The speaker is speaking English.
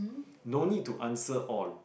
no need to answer all